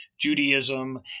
judaism